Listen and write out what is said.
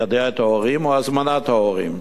ליידע את ההורים או הזמנת ההורים,